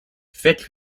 fitch